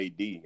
AD